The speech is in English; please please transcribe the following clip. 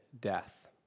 death